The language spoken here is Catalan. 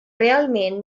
realment